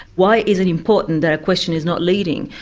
why is it important that a question is not leading?